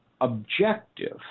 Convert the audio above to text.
objective—